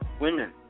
women